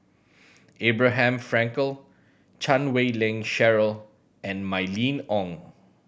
Abraham Frankel Chan Wei Ling Cheryl and Mylene Ong